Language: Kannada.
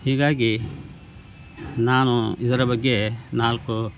ಹೀಗಾಗಿ ನಾನು ಇದರ ಬಗ್ಗೆ ನಾಲ್ಕು